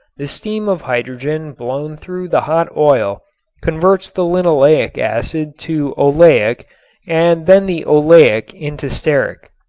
the stream of hydrogen blown through the hot oil converts the linoleic acid to oleic and then the oleic into stearic.